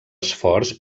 esforç